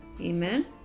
Amen